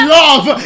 love